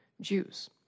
Jews